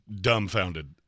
dumbfounded